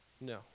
No